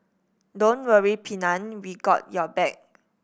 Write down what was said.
don't worry Pennant we got your back